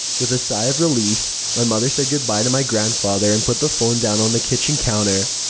with a sigh of relief, my mother said goodbye to my grandfather and put the phone down on the kitchen counter.